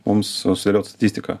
mums susdėliot statistiką